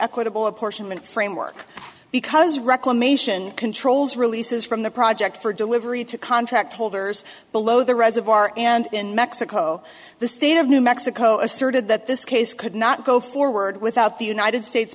equitable apportionment framework because reclamation controls releases from the project for delivery to contract holders below the reservoir and in mexico the state of new mexico asserted that this case could not go forward without the united states